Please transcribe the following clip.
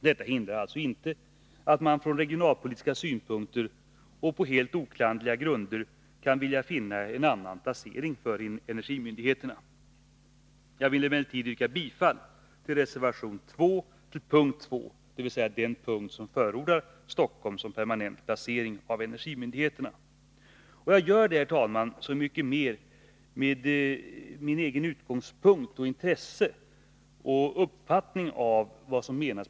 Detta hindrar inte att man från regionalpolitiska synpunkter och på helt oklanderliga grunder kan vilja finna en annan placering för energimyndigheterna. Jag vill emellertid av energipolitiska skäl yrka bifall till reservation 2 p. 2, dvs. jag förordar Stockholm för permanent placering av energimyndigheterna. Jag gör det, herr talman, med utgångspunkt också från mitt intresse för och min uppfattning om decentralisering.